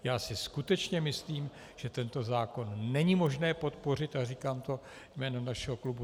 Já si skutečně myslím, že tento zákon není možné podpořit, a říkám to jménem našeho klubu.